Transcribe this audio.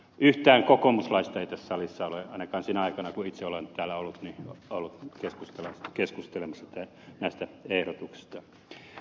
yhtään kokoomuslaista ei tässä salissa ole ainakaan sinä aikana kun itse olen täällä ollut ollut keskustelemassa näistä ehdotuksista